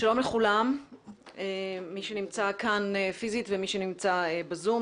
שלום לכולם, מי שנמצא כאן פיזית ומי שנמצא בזום.